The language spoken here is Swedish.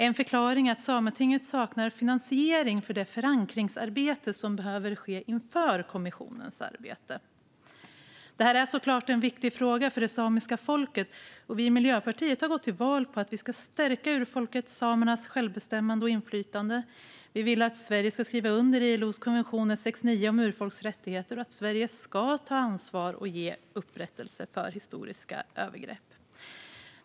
En förklaring är att Sametinget saknar finansiering för det förankringsarbete som behöver ske inför kommissionens arbete. Det är såklart en viktig fråga för det samiska folket. Vi i Miljöpartiet har gått till val på att vi ska stärka urfolket samernas självbestämmande och inflytande. Vi vill att Sverige ska skriva under ILO:s konvention 169 om urfolks rättigheter och att Sverige ska ta ansvar och ge upprättelse för historiska övergrepp.